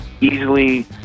easily